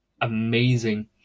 amazing